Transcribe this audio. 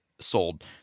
sold